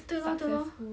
对咯对咯